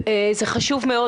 מה שאת מעלה חשוב מאוד,